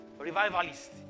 revivalist